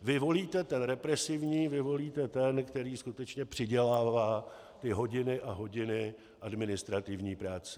Vy volíte ten represivní, vy volíte ten, který skutečně přidělává hodiny a hodiny administrativní práce.